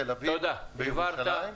תודה,